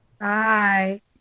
Bye